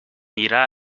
irá